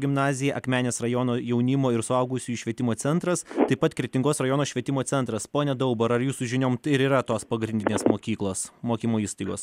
gimnazija akmenės rajono jaunimo ir suaugusiųjų švietimo centras taip pat kretingos rajono švietimo centras pone daubarai ar jūsų žiniom tai ir yra tos pagrindinės mokyklos mokymo įstaigos